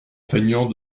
feignant